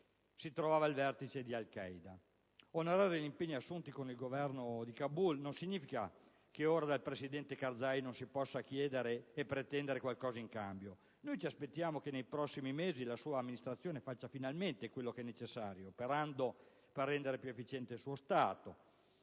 si trova il vertice di Al Qaeda. Onorare gli impegni assunti con il Governo di Kabul non significa però che ora dal presidente Karzai non si possa chiedere e pretendere qualcosa in cambio. Ci aspettiamo che nei prossimi mesi la sua amministrazione faccia finalmente quello che è necessario, operando per rendere più efficiente il suo Stato,